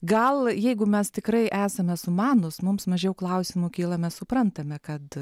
gal jeigu mes tikrai esame sumanūs mums mažiau klausimų kyla mes suprantame kad